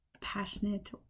passionate